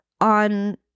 on